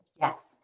Yes